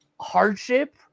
hardship